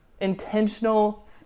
intentional